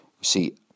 see